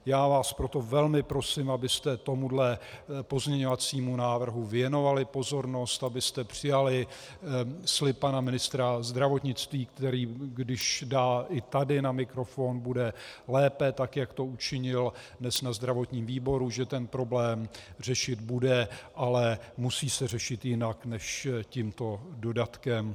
Já vás proto velmi prosím, abyste tomuhle pozměňovacímu návrhu věnovali pozornost, abyste přijali slib pana ministra zdravotnictví, který když dá i tady na mikrofon, bude lépe, tak jak to učinil dnes na zdravotním výboru, že ten problém řešit bude, ale musí se řešit jinak než tímto dodatkem.